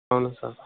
అవును సార్